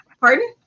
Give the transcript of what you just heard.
Pardon